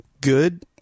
good